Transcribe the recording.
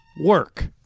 work